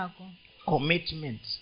Commitment